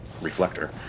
reflector